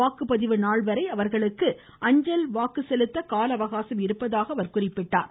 வாக்குப்பதிவு நாள்வரை அவர்களுக்கு அஞ்சல் வாக்கு செலுத்த கால அவகாசம் இருப்பதாக அவர் குறிப்பிட்டார்